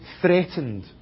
threatened